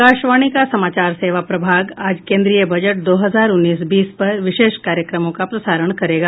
आकाशवाणी का समाचार सेवा प्रभाग आज केन्द्रीय बजट दो हजार उन्नीस बीस पर विशेष कार्यक्रमों का प्रसारण करेगा